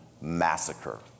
massacre